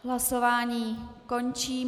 Hlasování končím.